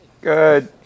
Good